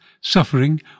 suffering